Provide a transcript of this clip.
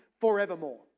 forevermore